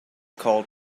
called